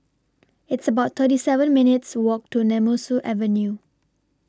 It's about thirty seven minutes' Walk to Nemesu Avenue